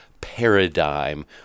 paradigm